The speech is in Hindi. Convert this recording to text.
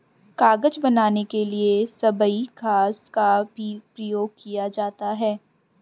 कागज बनाने के लिए सबई घास का भी प्रयोग किया जाता है